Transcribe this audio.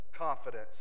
Confidence